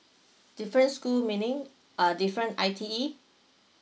different school manning uh different I_T_E